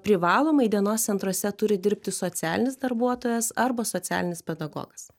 privalomai dienos centruose turi dirbti socialinis darbuotojas arba socialinis pedagogas